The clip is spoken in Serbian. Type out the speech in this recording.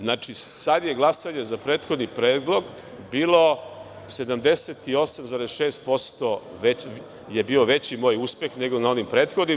Znači, sada je glasanje za prethodni predlog, bilo 78,6% veći moj uspeh nego na onim prethodnim.